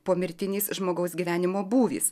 pomirtinis žmogaus gyvenimo būvis